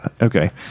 Okay